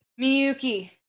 Miyuki